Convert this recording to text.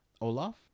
Olaf